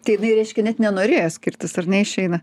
tai jinai reiškia net nenorėjo skirtis ar ne išeina